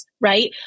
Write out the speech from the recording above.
Right